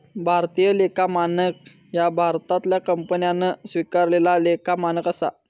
भारतीय लेखा मानक ह्या भारतातल्या कंपन्यांन स्वीकारलेला लेखा मानक असा